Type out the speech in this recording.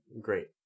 Great